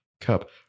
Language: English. cup